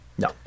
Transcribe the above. No